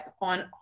on